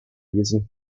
using